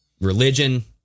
religion